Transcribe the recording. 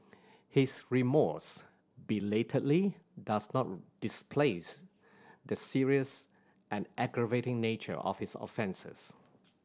his remorse belatedly does not displace the serious and aggravating nature of his offences